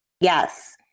Yes